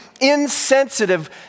insensitive